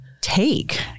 take